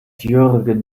jürgen